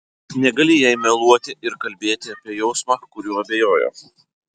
negali jai meluoti ir kalbėti apie jausmą kuriuo abejoja